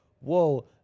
Whoa